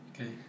Okay